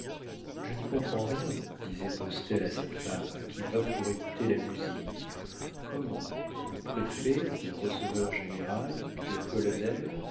je n'y comprends rien disait postel à sa femme qui vint pour écouter la musique comment le préfet le receveur-général le colonel